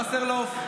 וסרלאוף,